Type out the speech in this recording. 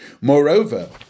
Moreover